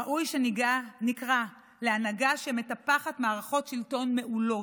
ראוי שנקרא להנהגה שמטפחת מערכות שלטון מעולות,